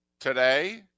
today